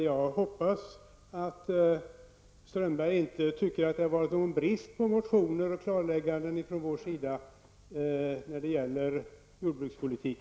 Jag hoppas att Håkan Strömberg inte anser att det har varit någon brist på motioner och klarlägganden från vår sida i fråga om jordbrukspolitiken.